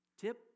Tip